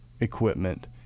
equipment